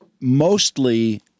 mostly